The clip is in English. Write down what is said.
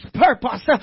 purpose